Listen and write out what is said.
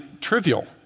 trivial